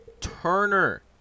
Turner